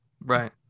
right